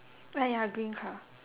ah ya green car